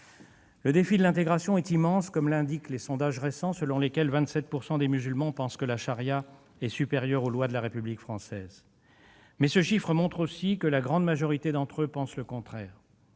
Le défi de l'intégration est immense, comme l'indiquent les sondages récents selon lesquels 27 % des musulmans pensent que la charia est supérieure aux lois de la République française. Mais ce chiffre montre aussi que la grande majorité d'entre eux pense le contraire.